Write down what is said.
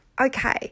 okay